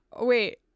Wait